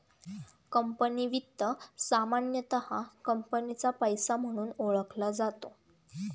company वित्त सामान्यतः कंपनीचा पैसा म्हणून ओळखला जातो